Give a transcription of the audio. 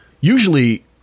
Usually